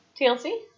TLC